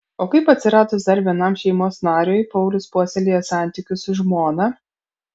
o kaip atsiradus dar vienam šeimos nariui paulius puoselėja santykius su žmona